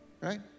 right